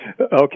Okay